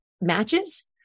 matches